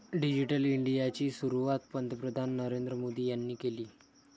digital इंडियाची सुरुवात पंतप्रधान नरेंद्र मोदी यांनी केली